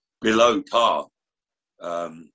below-par